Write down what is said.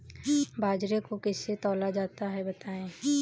बाजरे को किससे तौला जाता है बताएँ?